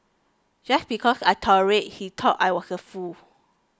just because I tolerated he thought I was a fool